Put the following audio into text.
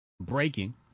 Breaking